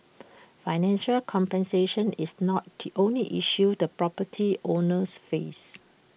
financial compensation is not the only issue the property owners face